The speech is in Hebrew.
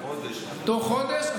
חודש, אמרת.